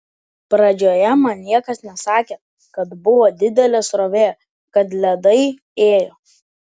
pradžioje man niekas nesakė kad buvo didelė srovė kad ledai ėjo